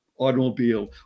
automobile